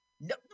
No